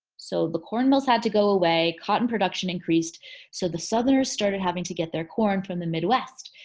so the corn mills had to go away cotton production increased so the southerners started having to get their corn from the midwest.